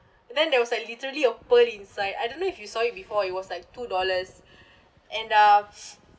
then there was like literally a pearl inside I don't know if you saw it before it was like two dollars and uh